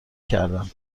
کردن